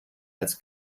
als